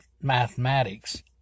mathematics